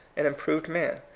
an im proved man.